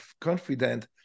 confident